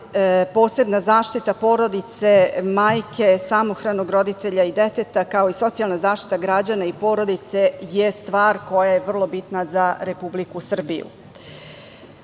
posebna zaštita porodice, majke, samohranog roditelja i deteta, kao i socijalna zaštita građana i porodice je stvar koja je vrlo bitna za Republiku Srbiju. Zatim,